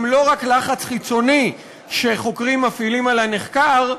הן לא רק לחץ חיצוני שחוקרים מפעילים על הנחקר,